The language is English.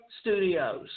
Studios